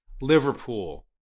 Liverpool